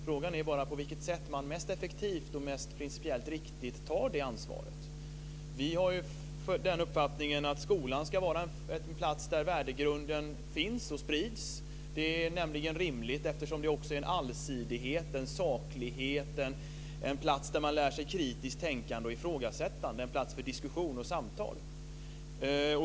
Frågan är bara på vilket sätt man mest effektivt och mest principiellt riktigt tar det ansvaret. Vi har den uppfattningen att skolan ska vara en plats där värdegrunden finns och sprids. Det är nämligen rimligt, eftersom det också är en allsidighet, en saklighet, en plats där man lär sig kritiskt tänkande och ifrågasättande, en plats för diskussion och samtal.